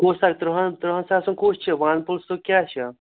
کُس اَکھ ترٛہَن ترٛہَن ساسَن کُس چھُ وَن پُلسُک کیٛاہ چھُ